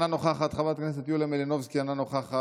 אינה נוכחת,